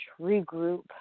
regroup